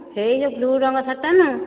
ସେହି ଯେଉଁ ବ୍ଲୁ ରଙ୍ଗର ଶାଢ଼ୀଟା ନା